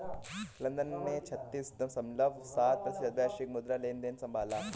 London ने छत्तीस दश्मलव सात प्रतिशत वैश्विक मुद्रा लेनदेन संभाला